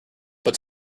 but